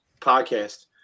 podcast